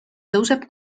tõuseb